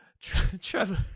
Trevor